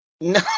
No